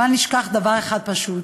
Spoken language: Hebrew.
בל נשכח דבר אחד פשוט: